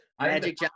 magic